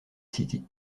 city